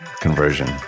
conversion